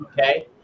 Okay